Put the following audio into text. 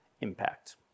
impact